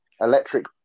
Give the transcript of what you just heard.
electric